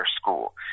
school